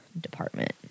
department